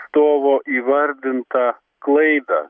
atstovo įvardintą klaidą